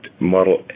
Model